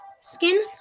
skin